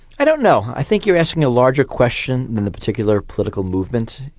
i don't know. i think you're asking a larger question than the particular political movement,